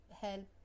help